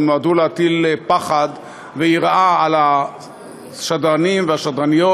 הם נועדו להטיל פחד ויראה על השדרנים והשדרניות,